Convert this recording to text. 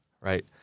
right